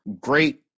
great